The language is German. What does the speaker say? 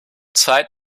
zeit